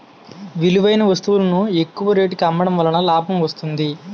విలువైన వస్తువులను ఎక్కువ రేటుకి అమ్మడం వలన లాభం వస్తుంది